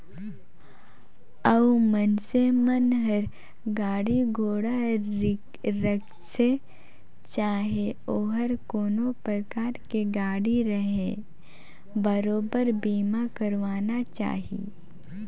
अउ मइनसे मन हर गाड़ी घोड़ा राखिसे चाहे ओहर कोनो परकार के गाड़ी रहें बरोबर बीमा करवाना चाही